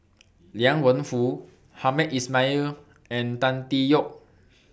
Liang Wenfu Hamed Ismail and Tan Tee Yoke